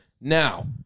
now